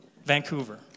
Vancouver